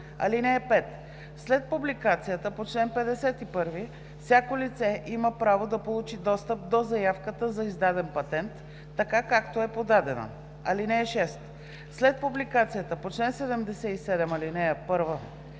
вписване. (5) След публикацията по чл. 51 всяко лице има право да получи достъп до заявката за издаден патент, така както е подадена. (6) След публикацията по чл. 77, ал. 1